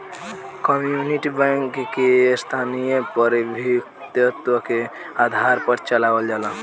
community bank के स्थानीय प्रभुत्व के आधार पर चलावल जाला